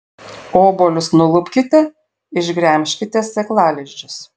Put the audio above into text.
obuolius nulupkite išgremžkite sėklalizdžius